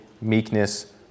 meekness